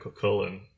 Cullen